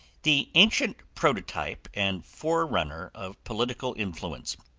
the ancient prototype and forerunner of political influence.